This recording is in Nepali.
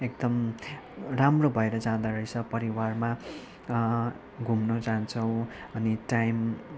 एकदम राम्रो भएर जाँदो रहेछ परिवारमा घुम्न जान्छौँ अनि टाइम